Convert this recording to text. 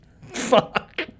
Fuck